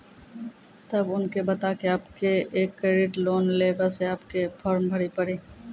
तब उनके बता के आपके के एक क्रेडिट लोन ले बसे आपके के फॉर्म भरी पड़ी?